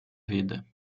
vida